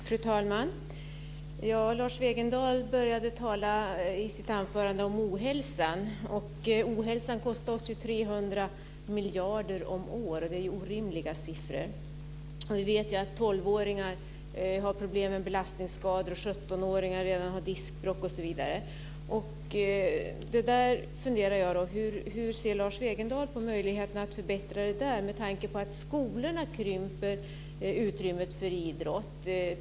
Fru talman! Lars Wegendal började sitt anförande med att tala om ohälsan. Ohälsan kostar oss 300 miljarder om året. Det är orimliga siffror. Vi vet att 12 åringar har problem med belastningsskador och att 17-åringar redan har diskbråck. Jag funderar över hur Lars Wegendal ser på möjligheterna att förbättra detta med tanke på att skolorna krymper utrymmet för idrott.